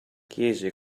chiese